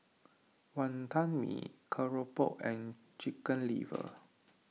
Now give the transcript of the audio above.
Wantan Mee Keropok and Chicken Liver